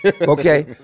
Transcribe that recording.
Okay